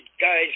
guys